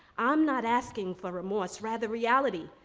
i'm not asking for remorse, rather, reality.